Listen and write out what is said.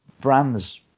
brands